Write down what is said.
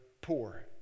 poor